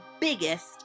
biggest